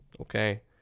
okay